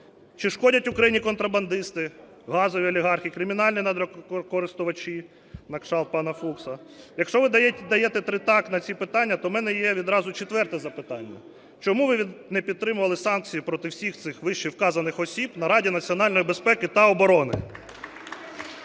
Чи шкодять Україні контрабандисти, газові олігархи, кримінальні надрокористувачі, на кшталт пана Фукса? Якщо ви даєте три "так" на ці питання, то в мене є відразу четверте запитання. Чому ви не підтримували санкції проти всіх цих вище вказаних осіб на Раді національної безпеки та оборони?